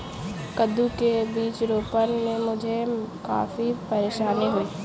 कद्दू के बीज रोपने में मुझे काफी परेशानी हुई